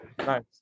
nice